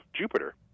Jupiter